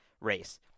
race